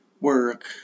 work